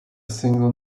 single